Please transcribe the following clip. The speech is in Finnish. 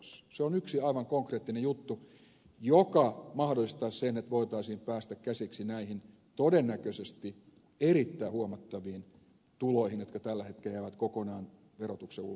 se on yksi aivan konkreettinen juttu joka mahdollistaisi sen että voitaisiin päästä käsiksi näihin todennäköisesti erittäin huomattaviin tuloihin jotka tällä hetkellä jäävät kokonaan verotuksen ulkopuolelle